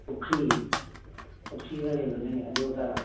ꯄꯨꯈ꯭ꯔꯤ ꯄꯨꯈ꯭ꯔꯤꯒ ꯂꯩꯕꯅꯦ ꯑꯗꯨꯒ